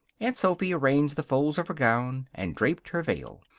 aunt sophy arranged the folds of her gown and draped her veil.